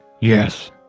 Yes